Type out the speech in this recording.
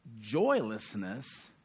joylessness